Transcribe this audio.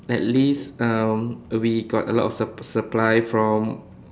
at least um we got a lot supp~ supply from